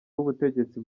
w’ubutegetsi